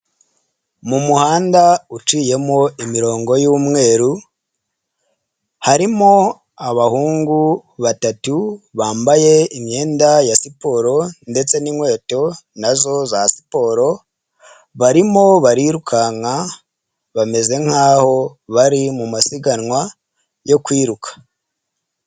Mu muhanda uciyemo imirongo y'umweru harimo abahungu batatu bambaye imyenda ya siporo ndetse n'inkweto nazo za siporo, barimo barirukanka bameze nkaho bari mu masiganwa yo kwiruka.